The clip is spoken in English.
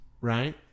Right